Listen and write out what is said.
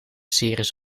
series